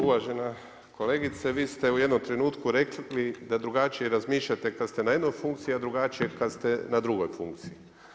Uvažena kolegice, vi ste u jednom trenutku rekli da drugačije razmišljate kada ste na jednoj funkciji a drugačije kada ste na drugoj funkciji.